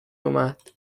اومد